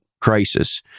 crisis